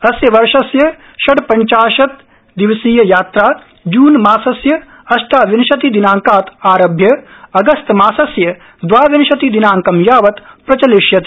अस्य वर्षस्य षड्पंचाशत्दिवसीययात्रा जूनमासस्य अष्टाविंशतिदिनांकात् आरभ्य अगस्तमासस्य दवाविंशतिदिनांकं यावत् प्रचलिष्यति